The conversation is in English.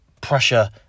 pressure